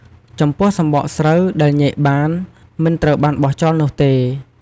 ចំពោះសម្បកស្រូវដែលញែកបាន មិនត្រូវបានបោះចោលនោះទេ។